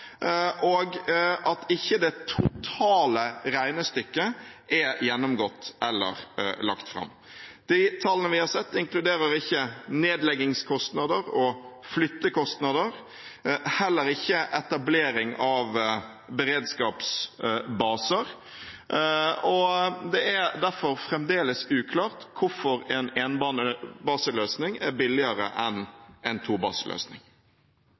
og at det totale regnestykket ikke er gjennomgått eller lagt fram. De tallene vi har sett, inkluderer ikke nedleggingskostnader og flyttekostnader, heller ikke etablering av beredskapsbaser. Det er derfor fremdeles uklart hvorfor en énbaseløsning er billigere enn en